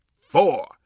four